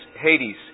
Hades